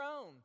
own